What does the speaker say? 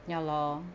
ya lor